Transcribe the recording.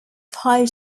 five